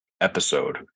episode